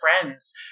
friends